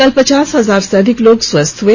कल पचास हजार से अधिक लोग स्वस्थ हुए